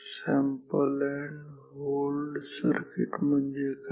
sample and hold circuit म्हणजे काय